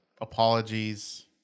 apologies